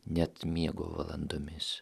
net miego valandomis